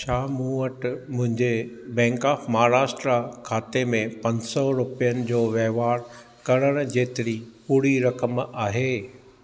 छा मूं वटि मुंहिंजे बैंक ऑफ़ महाराष्ट्रा खाते में पंज सौ रुपियनि जो वंहिवार करणु जेतिरी पूरी रक़म आहे